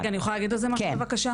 אני יכולה להגיד על זה משהו בבקשה?